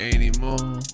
Anymore